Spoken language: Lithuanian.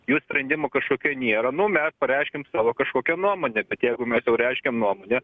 jų sprendimo kažkokio nėra nu mes pareiškėm savo kažkokią nuomonę bet jeigu mes jau reiškiam nuomonę